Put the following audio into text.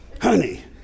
honey